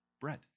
Bread